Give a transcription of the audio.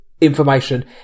information